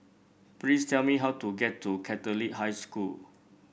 please tell me how to get to Catholic High School